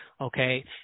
okay